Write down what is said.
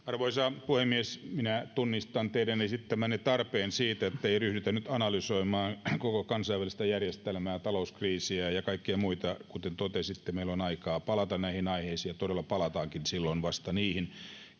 arvoisa puhemies minä tunnistan teidän esittämänne tarpeen siitä ettei ryhdytä nyt analysoimaan koko kansainvälistä järjestelmää talouskriisiä ja kaikkia muita kuten totesitte meillä on aikaa palata näihin aiheisiin ja todella palataankin silloin vasta niihin